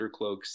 Undercloaks